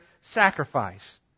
sacrifice